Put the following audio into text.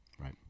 right